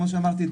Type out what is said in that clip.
כמו שאמרתי,